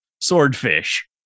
swordfish